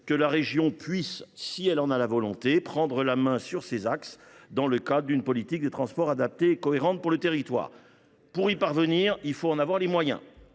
que la région, si elle en a la volonté, puisse prendre la main sur ces axes dans le cadre d’une politique de transport adaptée et cohérente pour le territoire. Pour y parvenir, il faut toutefois en avoir les moyens.